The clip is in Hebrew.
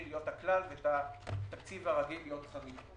להיות הכלל ואת התקציב הרגיל להיות חריג.